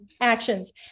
actions